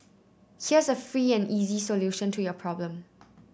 here's a free and easy solution to your problem